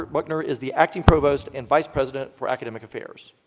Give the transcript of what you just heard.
buckner is the acting provost and vice-president for academic affairs.